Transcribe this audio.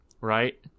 Right